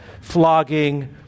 flogging